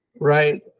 Right